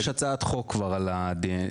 יש כבר הצעת חוק על הדנ"א.